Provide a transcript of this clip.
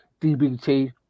DBT